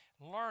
learn